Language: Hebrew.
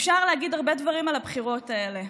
אפשר להגיד הרבה דברים על הבחירות האלה,